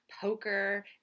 poker